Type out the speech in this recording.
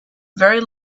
very